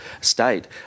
state